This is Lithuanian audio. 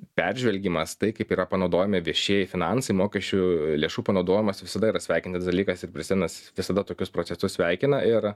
peržvelgimas tai kaip yra panaudojami viešieji finansai mokesčių lėšų panaudojimas visada yra sveikinas dalykas ir prisinas visada tokius procesus sveikina ir